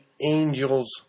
Angels